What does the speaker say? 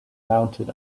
mounted